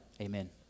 Amen